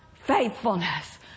faithfulness